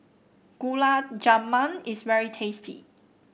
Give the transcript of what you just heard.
Gulab Jamun is very tasty